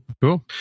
Cool